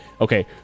okay